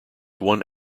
one